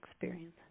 experience